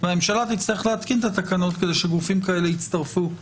והממשלה תצטרך להתקין את התקנות כדי שגופים כאלה יצטרפו להסדר.